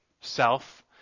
self